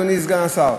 אדוני סגן השר,